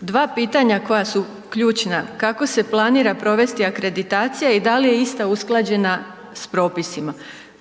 Dva pitanja koja su ključna. Kako se planira provesti akreditacija i da li je ista usklađena s propisima.